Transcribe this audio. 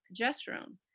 progesterone